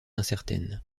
incertaine